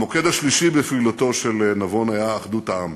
המוקד השלישי בפעילותו של נבון היה אחדות העם.